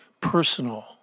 personal